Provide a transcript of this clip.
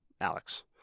Alex